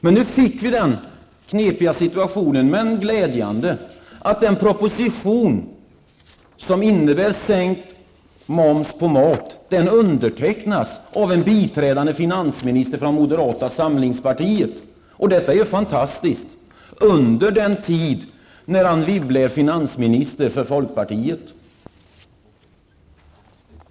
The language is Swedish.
Sedan uppstod den knepiga men glädjande situationen att den proposition som innehåller förslag om sänkt moms på mat är undertecknad av en biträdande finansminister från moderata samlingspartiet under den tid då Anne Wibble från folkpartiet är finansminister. Detta är ju fantastiskt.